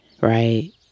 right